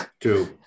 Two